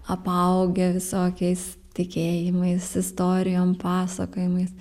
apaugę visokiais tikėjimais istorijom pasakojimais